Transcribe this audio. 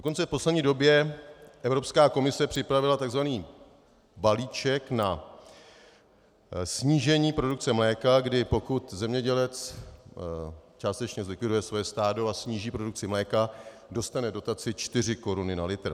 Dokonce v poslední době Evropská komise připravila tzv. balíček na snížení produkce mléka, kdy pokud zemědělec částečně zlikviduje své stádo a sníží produkci mléka, dostane dotaci čtyři koruny na litr.